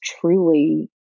truly